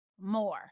more